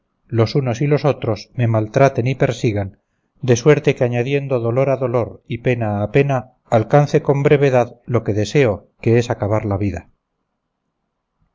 los unos y los otros me maltraten y persigan de suerte que añadiendo dolor a dolor y pena a pena alcance con brevedad lo que deseo que es acabar la vida